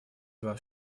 вас